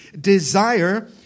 desire